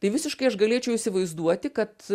tai visiškai aš galėčiau įsivaizduoti kad